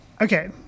Okay